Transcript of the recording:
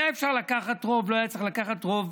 היה אפשר לקחת רוב, לא היה צריך לקחת רוב